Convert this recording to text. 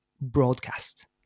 broadcast